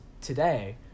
today